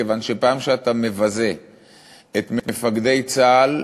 כיוון שכאשר אתה מבזה את מפקדי צה"ל,